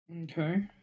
Okay